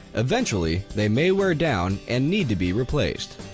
eventually they may wear down and need to be replaced.